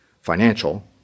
financial